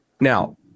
Now